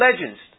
legends